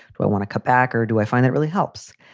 do i want to come back or do i find it really helps?